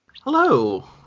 Hello